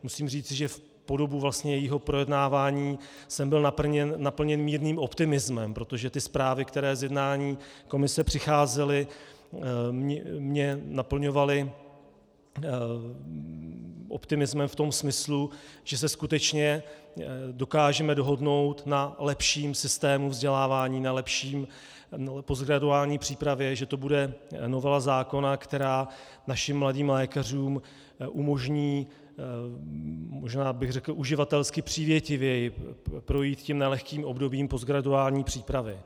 Musím říci, že po dobu jejího projednávání jsem byl naplněn mírným optimismem, protože zprávy, které z jednání komise přicházely, mě naplňovaly optimismem v tom smyslu, že se skutečně dokážeme dohodnout na lepším systému vzdělávání, na lepší postgraduální přípravě, že to bude novela zákona, která našim mladým lékařům umožní možná bych řekl uživatelsky přívětivěji projít nelehkým obdobím postgraduální přípravy.